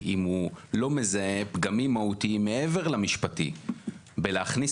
אם הוא לא מזהה פגמים מהותיים מעבר למשפטי בלהכניס